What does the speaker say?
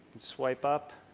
wipe up,